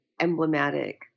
emblematic